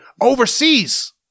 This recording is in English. overseas